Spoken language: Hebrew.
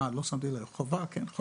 אהה, לא שמתי לב, חובה, כן?